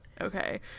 okay